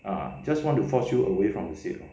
ah just want to force you away from the seat lor